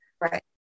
Right